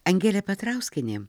angelė petrauskienė